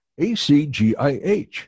ACGIH